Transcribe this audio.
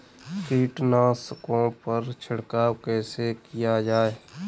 कीटनाशकों पर छिड़काव कैसे किया जाए?